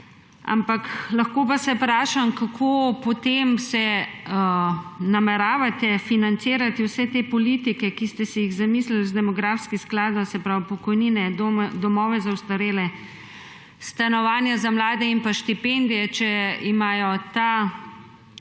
ampak lahko pa se vprašam, kako nameravate potem financirati vse te politike, ki ste si jih zamislili z demografskim skladom, se pravi pokojnine, domove za ostarele, stanovanja za mlade in pa štipendije, če imajo ta